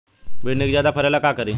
भिंडी के ज्यादा फरेला का करी?